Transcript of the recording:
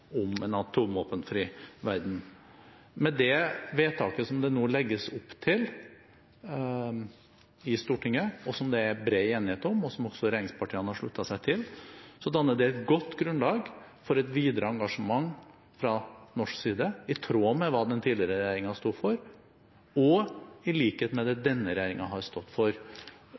om en atomvåpenfri verden. Det vedtaket som det nå legges opp til i Stortinget, som det er bred enighet om, og som også regjeringspartiene har sluttet seg til, danner et godt grunnlag for et videre engasjement fra norsk side – i tråd med hva den tidligere regjeringen sto for, og i likhet med det denne regjeringen har stått for.